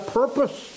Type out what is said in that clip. purpose